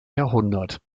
jahrhundert